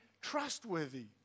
trustworthy